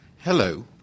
Hello